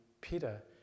Peter